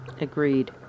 Agreed